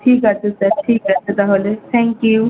ঠিক আছে স্যার ঠিক আছে তাহলে থ্যাঙ্ক ইউ